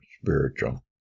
spiritual